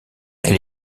elle